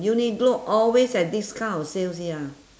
uniqlo always have this kind of sales ya